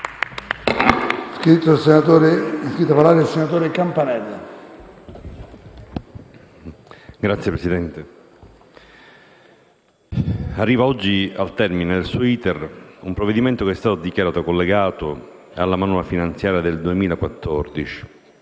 Signor Presidente, arriva oggi al termine del suo *iter* un provvedimento che è stato dichiarato collegato alla manovra finanziaria del 2014;